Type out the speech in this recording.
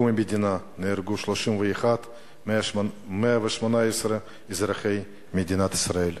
מקום המדינה נהרגו 31,118 אזרחי מדינת ישראל.